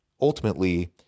Ultimately